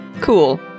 Cool